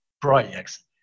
projects